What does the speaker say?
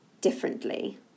differently